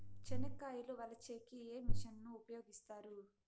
చెనక్కాయలు వలచే కి ఏ మిషన్ ను ఉపయోగిస్తారు?